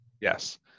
Yes